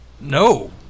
No